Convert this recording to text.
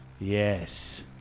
Yes